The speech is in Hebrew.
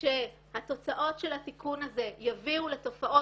אם התוצאות של התיקון הזה יביאו לתופעות